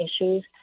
issues